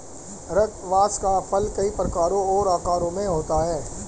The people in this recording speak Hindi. स्क्वाश का फल कई प्रकारों और आकारों में होता है